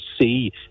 see